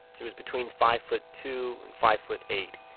she was between five foot two and five foot eight.